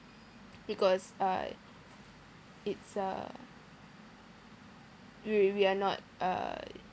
because uh it's uh we we are not uh